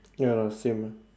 ya lah same lah